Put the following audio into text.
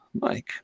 Mike